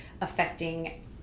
affecting